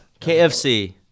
KFC